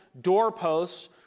doorposts